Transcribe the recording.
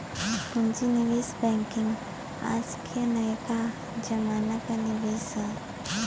पूँजी निवेश बैंकिंग आज के नयका जमाना क निवेश हौ